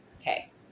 Okay